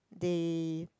they